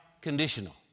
conditional